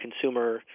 consumer